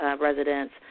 residents